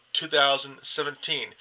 2017